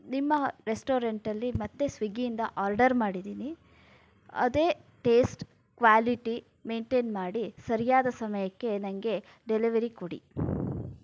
ನಿಮ್ಮ ರೆಸ್ಟೋರೆಂಟಲ್ಲಿ ಮತ್ತೆ ಸ್ವಿಗ್ಗಿಯಿಂದ ಆರ್ಡರ್ ಮಾಡಿದ್ದೀನಿ ಅದೇ ಟೇಸ್ಟ್ ಕ್ವ್ಯಾಲಿಟಿ ಮೇಂಟೇನ್ ಮಾಡಿ ಸರಿಯಾದ ಸಮಯಕ್ಕೆ ನನಗೆ ಡೆಲಿವರಿ ಕೊಡಿ